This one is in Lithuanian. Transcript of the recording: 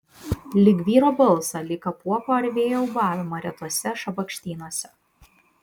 lyg vyro balsą lyg apuoko ar vėjo ūbavimą retuose šabakštynuose